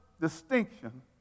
distinction